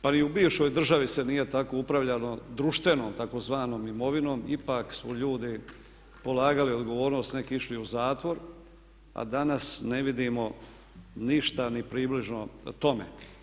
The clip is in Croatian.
Pa ni u bivšoj državi se nije tako upravljalo, društveno tako zvanom imovinom, ipak su ljudi polagali odgovornost, neki išli u zatvor a danas ne vidimo ništa ni približno tome.